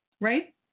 Right